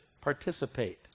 participate